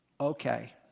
okay